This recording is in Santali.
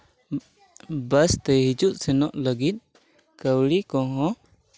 ᱵᱟᱥ ᱛᱮ ᱦᱤᱡᱩᱜ ᱥᱮᱱᱚᱜ ᱞᱟᱹᱜᱤᱫ ᱠᱟᱹᱣᱰᱤ ᱠᱚᱦᱚᱸ